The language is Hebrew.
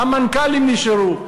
המנכ"לים נשארו,